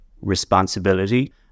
responsibility